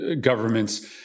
government's